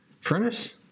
furnace